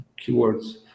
keywords